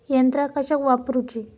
यंत्रा कशाक वापुरूची?